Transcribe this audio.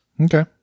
Okay